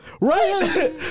Right